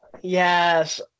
yes